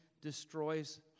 destroys